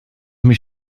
mich